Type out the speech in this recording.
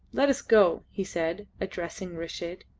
let us go, he said, addressing reshid.